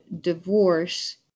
divorce